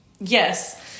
Yes